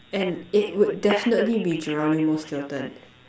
and it would definitely be Geronimo-Stilton